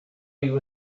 you